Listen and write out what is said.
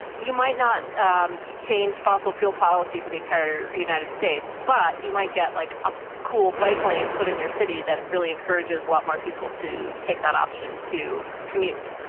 you might not um change fossil fuel policy for the entire united states, but you might get like a cool bike lane put in your city that really encourages a lot more people to take that option to commute.